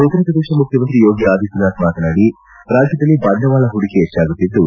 ಉತ್ತರ ಪ್ರದೇಶ ಮುಖ್ಯಮಂತ್ರಿ ಯೋಗಿ ಆದಿತ್ಹನಾಥ್ ಮಾತನಾಡಿ ರಾಜ್ಯದಲ್ಲಿ ಬಂಡವಾಳ ಹೂಡಿಕೆ ಹೆಚ್ಚಾಗುತ್ತಿದ್ದು